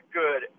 good